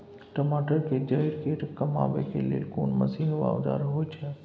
टमाटर के जईर के कमबै के लेल कोन मसीन व औजार होय छै?